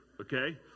Okay